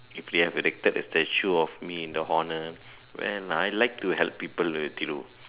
if they have erected a statue of me in the honor well I like to help people with Thiru